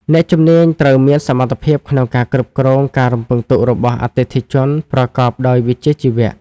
អ្នកជំនាញត្រូវមានសមត្ថភាពក្នុងការគ្រប់គ្រងការរំពឹងទុករបស់អតិថិជនប្រកបដោយវិជ្ជាជីវៈ។